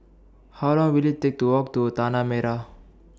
How Long Will IT Take to Walk to Tanah Merah